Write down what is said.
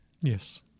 Yes